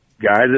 guys